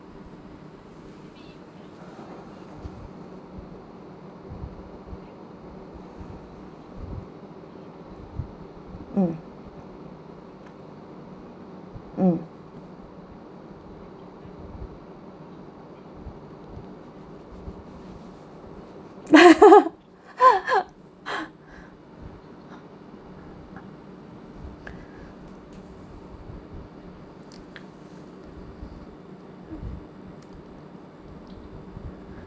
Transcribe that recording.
mm mm